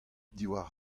diwar